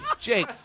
Jake